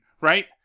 right